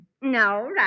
No